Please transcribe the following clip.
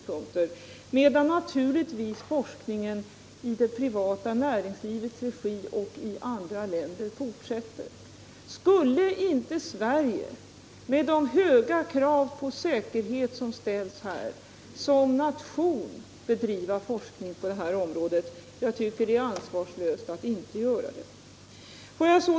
Forskningen fortsätter naturligtvis i det privata näringslivets regi här i landet och i andra länder. Skulle inte Sverige, med de höga krav på säkerhet som ställs här, såsom nation bedriva forskning på detta område? Jag tycker att det är ansvarslöst att inte göra det.